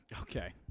Okay